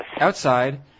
outside